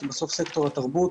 כי בסוף סקטור התרבות